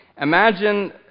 Imagine